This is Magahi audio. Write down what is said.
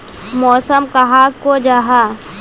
मौसम कहाक को जाहा?